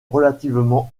relativement